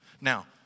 Now